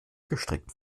gestrickt